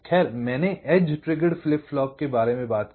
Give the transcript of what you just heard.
खैर मैंने edge triggered flip flop के बारे में बात की